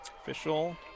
Official